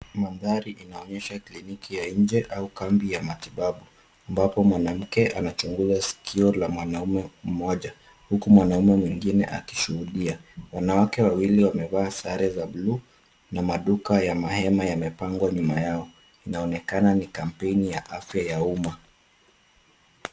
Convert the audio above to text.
Mandhari inaonyesha kliniki ya nje au kambi ya matibabu ambapo mwanamke anachunguza sikio la mwanamume moja, huku mwanamume mwingine akishuhudia, wanawake wawili wamevaa sare za bluu na maduka ya mahema yamepangwa nyuma yao, inaonekana ni kampeni ya afya ya umma.